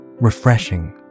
refreshing